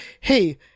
hey